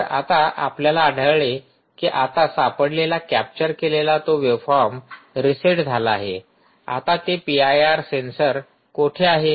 तर आता आपल्याला आढळले की आता सापडलेला कॅप्चर केलेला वेव्हफॉर्म रीसेट झाला आहे आता तो पी आय आर सेन्सर कोठे आहे